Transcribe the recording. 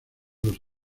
los